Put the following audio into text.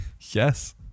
Yes